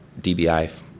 DBI